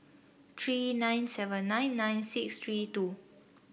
three nine seven nine nine six three two